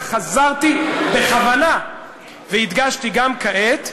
וחזרתי בכוונה והדגשתי גם כעת: